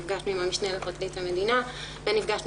נפגשנו עם המשנה לפרקליט המדינה ונפגשנו